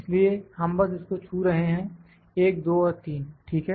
इसलिए हम बस इसको छू रहे हैं 1 2 और 3 ठीक है